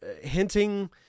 hinting